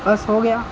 बस हो गया